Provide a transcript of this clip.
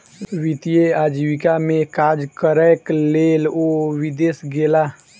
वित्तीय आजीविका में काज करैक लेल ओ विदेश गेला